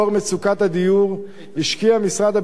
לנוכח מצוקת הדיור השקיע משרד הבינוי